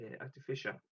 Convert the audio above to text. artificial